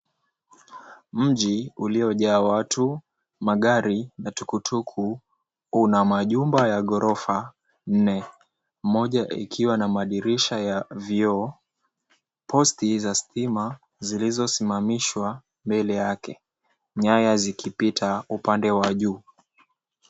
Mji uliojaa watu, magari na tukutuku una majumba ya ghorofa nne ikiwa na madirisha ya vioo. Posti za stima zilizosimamishwa mbele yake, nyaya zikipita upande wa juu.